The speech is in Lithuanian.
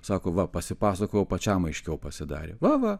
sako va pasipasakojau pačiam aiškiau pasidarė va va